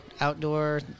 outdoor